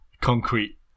concrete